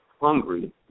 hungry